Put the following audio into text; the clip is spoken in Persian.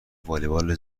والیبال